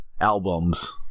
albums